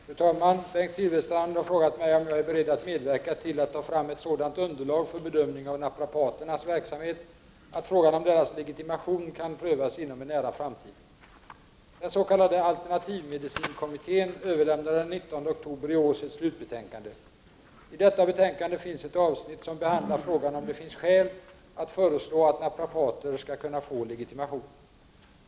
Fru talman! Bengt Silfverstrand har frågat mig om jag är beredd att medverka till att ta fram ett sådant underlag för bedömning av naprapaternas verksamhet att frågan om deras legitimation kan prövas inom en nära framtid. Den s.k. alternativmedicinkommittén överlämnade den 19 oktober i år sitt slutbetänkande. I detta betänkande finns det ett avsnitt som behandlar frågan om det finns skäl att föreslå att naprapater skall kunna få legitimation.